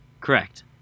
Correct